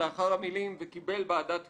לאחר המילים "וקיבל בעדה תמיכה"